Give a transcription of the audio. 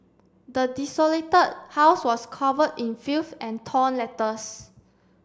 the desolated house was covered in filth and torn letters